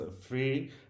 free